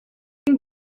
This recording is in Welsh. fydd